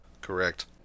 Correct